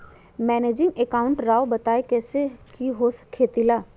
Managing account राव बताएं कैसे के हो खेती ला?